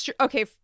Okay